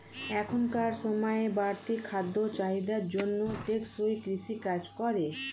এখনকার সময়ের বাড়তি খাদ্য চাহিদার জন্য টেকসই কৃষি কাজ করে